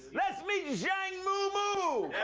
let's meet zhang moumou.